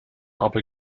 aber